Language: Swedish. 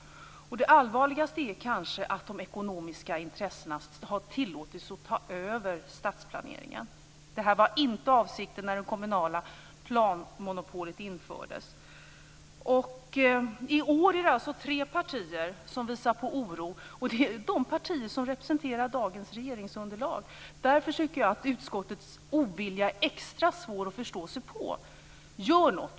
Det allvarligaste är kanske att de ekonomiska intressena har tillåtits att ta över stadsplaneringen. Det här var inte avsikten när det kommunala planmonopolet infördes. I år visar tre partier oro. Det är de partier som representerar dagens regeringsunderlag. Därför tycker jag att utskottets ovilja är extra svår att förstå sig på. Gör något!